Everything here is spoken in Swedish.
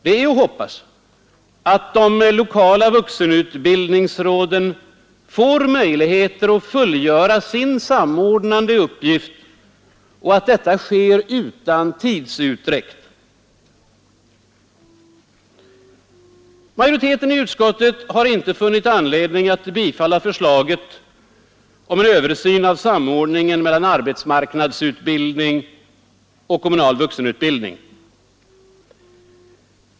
Det är att hoppas, att de lokala vuxenutbildningsråden får möjligheter att fullgöra sin samordnande uppgift och att detta sker utan tidsutdräkt. Majoriteten i utskottet har inte funnit anledning att biträda förslaget om en översyn av samordningen mellan arbetsmarknadsutbildning och kommunal vuxenutbildning.